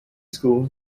school